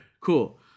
Cool